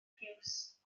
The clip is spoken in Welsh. piws